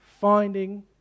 finding